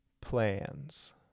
plans